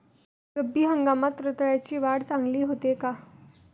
रब्बी हंगामात रताळ्याची वाढ चांगली होते का?